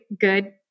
good